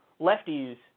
lefties